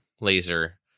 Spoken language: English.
laser